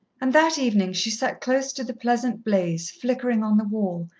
and that evening she sat close to the pleasant blaze, flickering on the wall,